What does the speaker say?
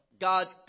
God's